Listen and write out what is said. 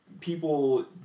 people